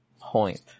point